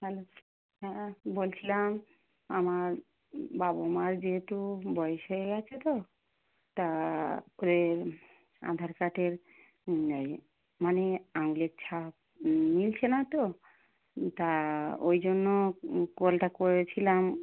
hello হ্যাঁ বলছিলাম আমার বাবা মার যেহেতু বয়স হয়ে গেছে তো তা ওই আধার কার্ডের মানে আঙুলের ছাপ মিলছে না তো তা ওই জন্য কলটা করেছিলাম